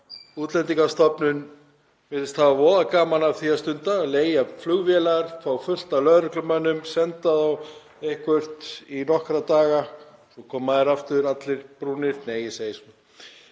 Útlendingastofnun virðist hafa voða gaman af því að stunda, að leigja flugvélar, fá fullt af lögreglumönnum, senda þá eitthvert í nokkra daga og svo koma þeir aftur allir brúnir — nei, ég segi svona.